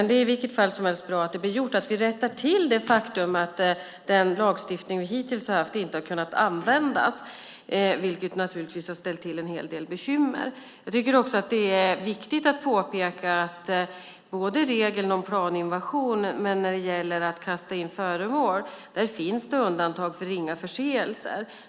Det är hur som helst bra att det blir gjort, att vi rättar till det faktum att den lagstiftning vi hittills har haft inte har kunnat användas, vilket naturligtvis har ställt till en hel del bekymmer. Jag tycker också att det är viktigt att påpeka att det både när det gäller regeln om planinvasion och när det gäller att man kastar in föremål finns undantag för ringa förseelser.